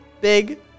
Big